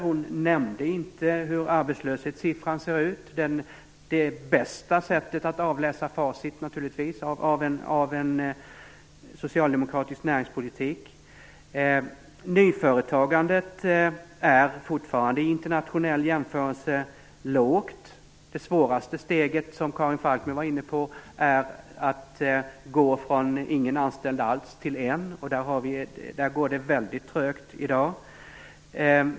Hon nämnde inte hur arbetslöshetssiffran ser ut, naturligtvis det bästa sättet att avläsa facit av en socialdemokratisk näringspolitik. Nyföretagandet är fortfarande i internationell jämförelse lågt. Det svåraste steget, vilket Karin Falkmer var inne på, är att gå från ingen anställd alls till en, och där går det väldigt trögt i dag.